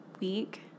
week